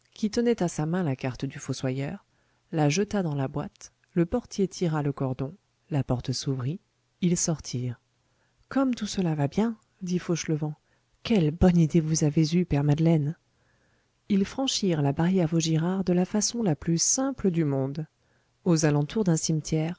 qui tenait à sa main la carte du fossoyeur la jeta dans la boîte le portier tira le cordon la porte s'ouvrit ils sortirent comme tout cela va bien dit fauchelevent quelle bonne idée vous avez eue père madeleine ils franchirent la barrière vaugirard de la façon la plus simple du monde aux alentours d'un cimetière